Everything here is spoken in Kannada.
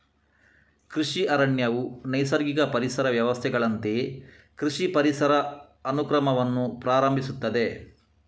ಕೃಷಿ ಅರಣ್ಯವು ನೈಸರ್ಗಿಕ ಪರಿಸರ ವ್ಯವಸ್ಥೆಗಳಂತೆಯೇ ಕೃಷಿ ಪರಿಸರ ಅನುಕ್ರಮವನ್ನು ಪ್ರಾರಂಭಿಸುತ್ತದೆ